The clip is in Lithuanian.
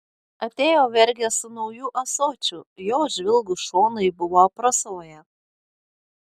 atėjo vergė su nauju ąsočiu jo žvilgūs šonai buvo aprasoję